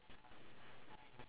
okay